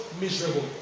miserable